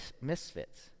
misfits